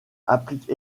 applique